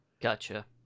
Gotcha